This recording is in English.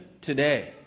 today